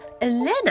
Elena